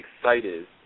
excited